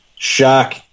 shock